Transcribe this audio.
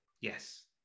Yes